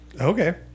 Okay